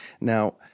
Now